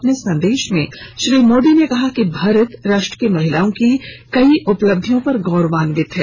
अपने संदेश में श्री मोदी ने कहा कि भारत राष्ट्र की महिलाओं की कई उपलब्धियों पर गोरान्वित है